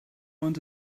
want